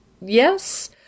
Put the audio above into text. Yes